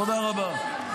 תודה רבה.